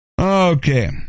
Okay